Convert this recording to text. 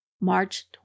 March